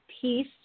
peace